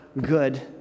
good